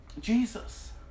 Jesus